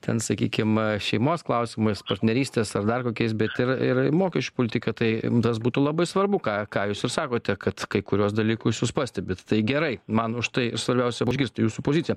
ten sakykim šeimos klausimais partnerystės ar dar kokiais bet ir ir mokesčių politika tai jum tas būtų labai svarbu ką ką jūs ir sakote kad kai kuriuos dalykus jūs pastebit tai gerai man už tai svarbiausia užgirsti jūsų poziciją